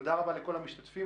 תודה רבה לכל המשתתפים,